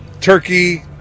turkey